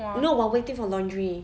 no while waiting for laundry